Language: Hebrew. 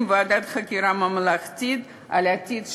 ועדת חקירה ממלכתית על עתיד ים-המלח.